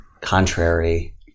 contrary